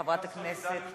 חברת הכנסת,